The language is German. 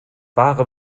ware